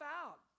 out